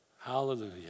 Hallelujah